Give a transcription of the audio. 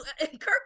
Kirk